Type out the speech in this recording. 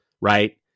right